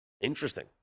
interesting